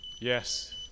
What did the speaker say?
Yes